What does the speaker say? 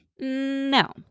No